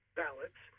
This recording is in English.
ballots